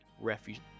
refuge